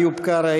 איוב קרא,